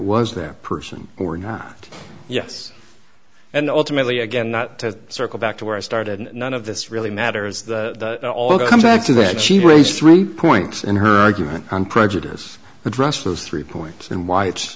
was their person or not yes and ultimately again not to circle back to where i started none of this really matters they all come back to that she raised three points in her argument and prejudice addressed those three points and why it's